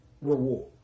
reward